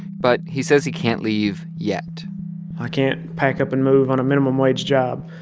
but he says he can't leave yet i can't pack up and move on a minimum-wage job.